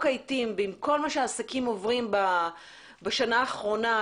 העיתים ועם כל מה שהעסקים עוברים בשנה האחרונה,